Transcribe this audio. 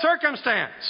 circumstance